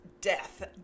death